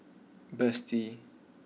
Betsy